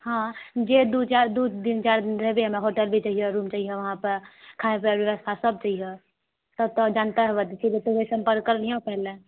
हँ जे दू चारि दू दिन चारि दिन रहबै हमरा होटल भी चाहिए रूम चाहिए वहाँ पर खाइ पियैवला व्यवस्था सब चाहिए सब तोँ जानते होबऽ